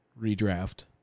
redraft